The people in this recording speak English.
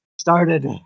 started